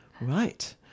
Right